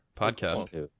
podcast